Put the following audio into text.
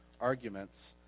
arguments